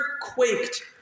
quaked